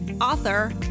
author